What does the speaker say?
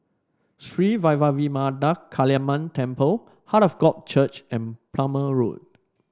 Sri Vairavimada Kaliamman Temple Heart of God Church and Plumer Road